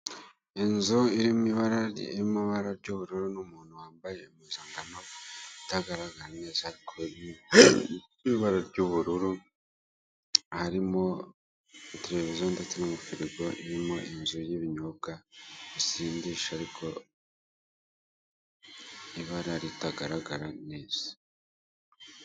Inzu irimo ibara ry'ubururu n'umuntu wambaye impuzangano itagaragara neza ariko irimo ibara ry'ubururu, harimo televiziyo ndetse n'amafirigo, irimo inzu y'ibinyobwa bisindisha ariko ibara ritagaragara neza.